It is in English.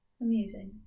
amusing